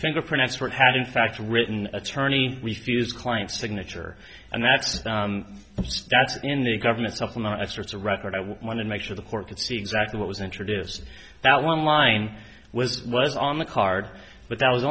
fingerprint expert had in fact written attorney refuse client signature and that's that's in the government's supplemental xor record i want to make sure the court to see exactly what was introduced that one line was was on the card but that was